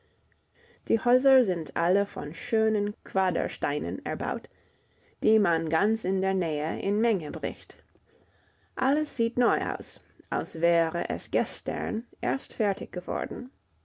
die häuser sind alle von schönen quadersteinen erbaut die man ganz in der nähe in menge bricht alles sieht neu aus als wäre es gestern erst fertig geworden